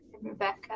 Rebecca